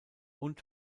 und